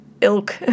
ilk